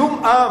שום עם